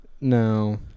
No